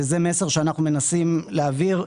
וזה מסר שאנחנו מנסים להעביר,